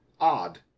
Odd